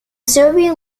serbian